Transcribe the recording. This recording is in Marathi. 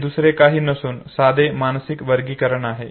हे दुसरे काही नसून साधे मानसिक वर्गीकरण आहे